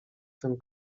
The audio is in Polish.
tym